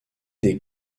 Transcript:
des